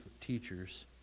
teachers